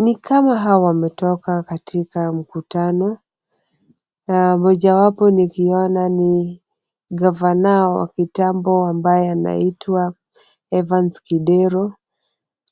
Ni kama hawa wametoka katika mkutano na mmojawapo nikiona ni gavana wa kitambo ambaye anaitwa Evans Kidero